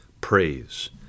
praise